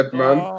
man